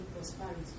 prosperity